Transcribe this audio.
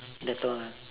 later on ah